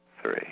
Three